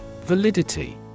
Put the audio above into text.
Validity